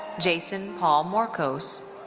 jason paul morcos.